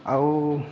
ଆଉ